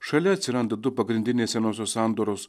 šalia atsiranda du pagrindiniai senosios sandoros